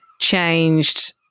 changed